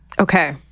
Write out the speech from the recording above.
Okay